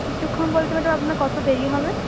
কিছুক্ষণ বলতে ম্যাডাম আপনার কত দেরি হবে